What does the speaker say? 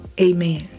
amen